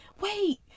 Wait